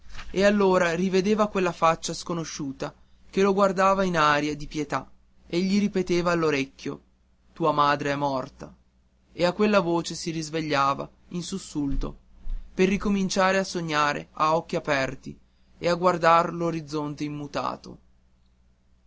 e allora rivedeva quella faccia sconosciuta che lo guardava in aria di pietà e gli ripeteva all'orecchio tua madre è morta e a quella voce si risvegliava in sussulto per ricominciare a sognare a occhi aperti e a guardar l'orizzonte immutato